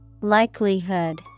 Likelihood